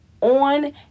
on